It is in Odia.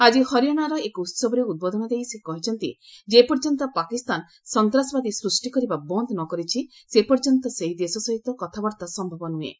ଆଜି ହରିୟାଣାରେ ଏକ ଉତ୍ସବରେ ଉଦ୍ବୋଧନ ଦେଇ ସେ କହିଛନ୍ତି ଯେପର୍ଯ୍ୟନ୍ତ ପାକିସ୍ତାନ ସନ୍ତାସବାଦୀ ସୃଷ୍ଟି କରିବା ବନ୍ଦ୍ ନ କରିଛି ସେପର୍ଯ୍ୟନ୍ତ ସେହି ଦେଶ ସହିତ କଥାବାର୍ତ୍ତା ସମ୍ଭବ ନୁହେଁ